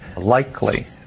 likely